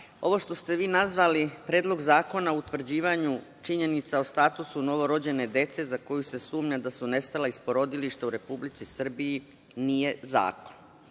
što ste vi nazvali Predlog zakona o utvrđivanju činjenica o statusu novorođene dece za koju se sumnja da su nestala iz porodilišta u Republici Srbiji nije zakon.